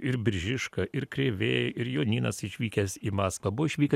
ir biržiška ir krėvė ir jonynas išvykęs į maskvą buvo išvykę